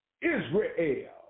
Israel